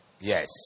Yes